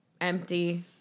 empty